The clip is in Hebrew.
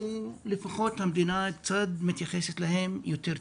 לפחות המדינה הייתה קצת מתייחסת אליהם יותר טוב.